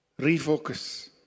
refocus